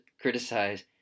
criticize